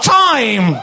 time